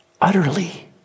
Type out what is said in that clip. utterly